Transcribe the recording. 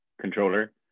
controller